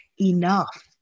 enough